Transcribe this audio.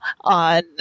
on